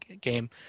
game